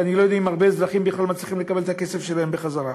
שאני לא יודע אם הרבה אזרחים בכלל מצליחים לקבל את הכסף שלהם בחזרה.